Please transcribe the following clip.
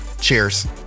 Cheers